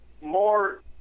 more